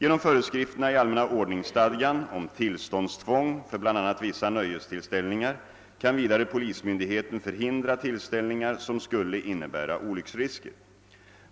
Genom föreskrifterna i allmänna ordningsstadgan om tillståndstvång för bl.a. vissa nöjestillställningar kan vidare polismyndigheten förhindra tillställningar som skulle innebära olycksrisker.